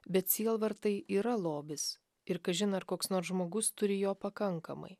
bet sielvartai yra lobis ir kažin ar koks nors žmogus turi jo pakankamai